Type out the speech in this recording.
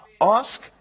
ask